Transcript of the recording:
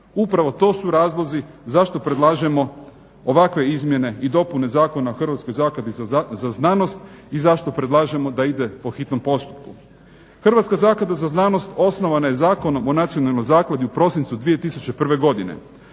Upravo to su razlozi zašto predlažemo ovakve izmjene i dopune Zakona o Hrvatskoj zakladi za znanost i zašto predlažemo da ide po hitnom postupku. Hrvatska zaklada za znanost osnovana je Zakonom o nacionalnoj zakladi u prosincu 2001. godine.